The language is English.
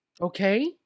Okay